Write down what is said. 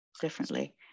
differently